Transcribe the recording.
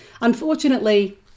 Unfortunately